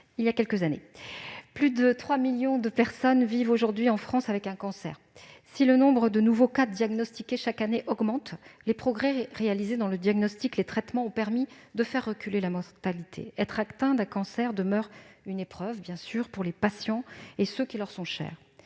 voilà quelques années. Plus de 3 millions de personnes vivent aujourd'hui en France avec un cancer. Si le nombre de nouveaux cas diagnostiqués chaque année augmente, les progrès réalisés dans le diagnostic et les traitements ont permis de faire reculer la mortalité. Être atteint d'un cancer demeure une épreuve, bien sûr, pour les patients et ceux qui leur sont chers.